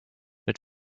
mit